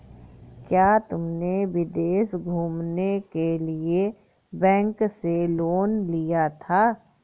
क्या तुमने विदेश घूमने के लिए बैंक से लोन लिया था?